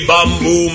Bamboo